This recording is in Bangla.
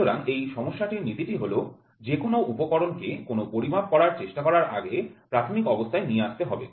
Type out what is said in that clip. সুতরাং এই সমস্যাটির নীতিটি হল যেকোন উপকরণকে কোনও পরিমাপ করার চেষ্টা করার আগে প্রাথমিক অবস্থায় নিয়ে আসতে হবে